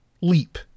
leap